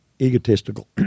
egotistical